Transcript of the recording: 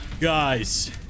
guys